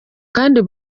kandi